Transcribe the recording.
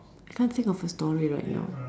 I can't think of a story right now